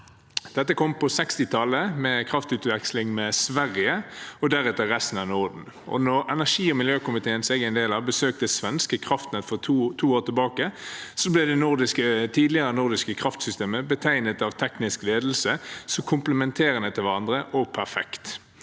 Dette kom på 1960-tallet med kraftutveksling med Sverige og deretter resten av Norden. Da energi- og miljøkomiteen – som jeg er en del av – besøkte svenske kraftnett for to år tilbake, ble det tidligere nordiske kraftsystemet betegnet av teknisk ledelse som perfekt og komplementerende til hverandre. Siden